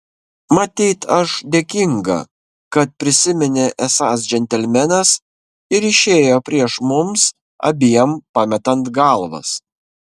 matyt aš dėkinga kad prisiminė esąs džentelmenas ir išėjo prieš mums abiem pametant galvas